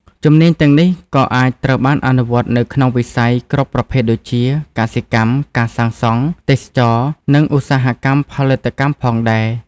ជំនាញទាំងនេះក៏អាចត្រូវបានអនុវត្តនៅក្នុងវិស័យគ្រប់ប្រភេទដូចជា កសិកម្ម ការសាងសង់ ទេសចរណ៍ និងឧស្សាហកម្មផលិតកម្មផងដែរ។